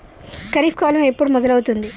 ఖరీఫ్ కాలం ఎప్పుడు మొదలవుతుంది?